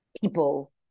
people